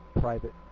private